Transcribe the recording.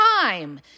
time